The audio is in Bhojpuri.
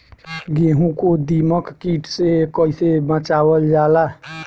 गेहूँ को दिमक किट से कइसे बचावल जाला?